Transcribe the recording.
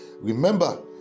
Remember